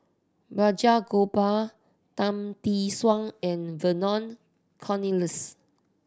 Balraj Gopal Tan Tee Suan and Vernon Cornelius